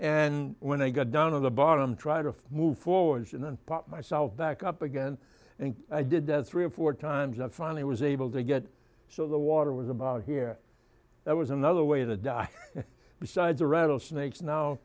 and when i got down on the bottom try to move forwards and then pop myself back up again and i did that three or four times and finally was able to get so the water was about here that was another way to die besides the rattlesnakes now